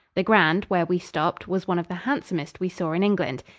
the grand, where we stopped, was one of the handsomest we saw in england.